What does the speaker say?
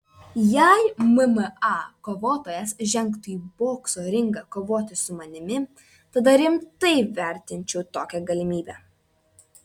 jei mma kovotojas žengtų į bokso ringą kovoti su manimi tada rimtai vertinčiau tokią galimybę